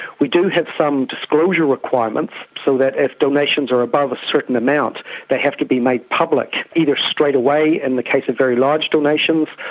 we do have some disclosure requirements, so that if donations are above a certain amount they have to be made public, either straight away in the case of very large donations,